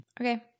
Okay